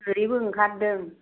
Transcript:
गोरिबो ओंखारदों